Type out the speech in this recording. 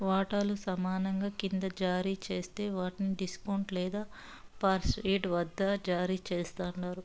వాటాలు సమానంగా కింద జారీ జేస్తే వాట్ని డిస్కౌంట్ లేదా పార్ట్పెయిడ్ వద్ద జారీ చేస్తండారు